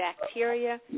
bacteria